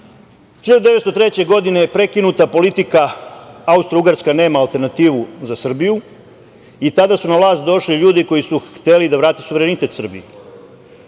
1903. je prekinuta politika Austrougarska nema alternativu za Srbiju i tada su na vlast došli ljudi koji su hteli da vrate suverenitet